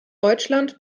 deutschland